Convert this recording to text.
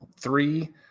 three